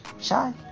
shy